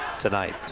tonight